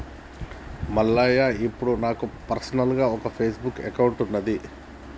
మల్లయ్య ఇప్పుడు నాకు పర్సనల్గా ఒక ఫేస్బుక్ అకౌంట్ ఉన్నది